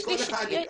שאלה.